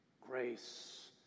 grace